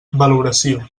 valoració